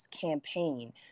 campaign